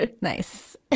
Nice